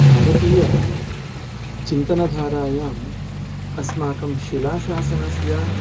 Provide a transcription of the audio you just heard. भारतीय चिन्तनधारायाम् अस्माकं शिलाशासनस्य